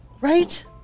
right